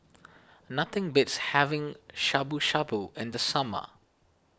nothing beats having Shabu Shabu in the summer